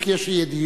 אם כי יש לי ידיעות.